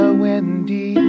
windy